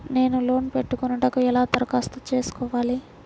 నేను లోన్ పెట్టుకొనుటకు ఎలా దరఖాస్తు చేసుకోవాలి?